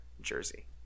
jersey